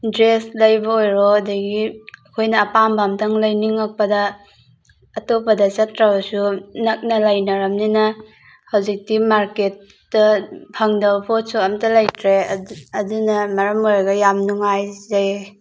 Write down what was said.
dress ꯂꯩꯕ ꯑꯣꯏꯔꯣ ꯑꯗꯒꯤ ꯑꯩꯈꯣꯏꯅ ꯑꯄꯥꯝꯕ ꯑꯝꯇꯪ ꯂꯩꯅꯤꯡꯉꯛꯄꯗ ꯑꯇꯣꯞꯄꯗ ꯆꯠꯇ꯭ꯔꯕꯁꯨ ꯅꯛꯅ ꯂꯩꯅꯔꯕꯅꯤꯅ ꯍꯧꯖꯤꯛꯇꯤ ꯃꯥꯔꯀꯦꯠꯇ ꯐꯪꯗꯕ ꯄꯣꯠꯁꯨ ꯑꯝꯇ ꯂꯩꯇ꯭ꯔꯦ ꯑꯗꯨꯅ ꯃꯔꯝ ꯑꯣꯏꯔꯒ ꯌꯥꯝ ꯅꯨꯡꯉꯥꯏꯖꯩꯌꯦ